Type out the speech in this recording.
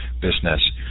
business